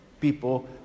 people